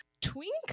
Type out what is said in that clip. Twink